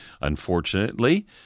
unfortunately